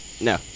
no